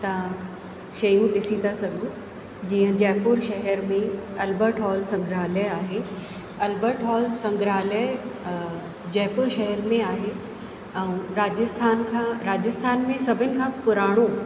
तव्हां शयूं ॾिसी था सघो जीअं जयपुर शहर में अलबर्ट हॉल संग्रहालय आहे अलबर्ट हॉल संग्रहालय जयपुर शहर में आहे ऐं राजस्थान खां राजस्थान में सभिनि खां पुराणो